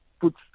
puts